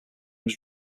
was